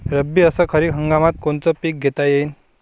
रब्बी अस खरीप हंगामात कोनचे पिकं घेता येईन?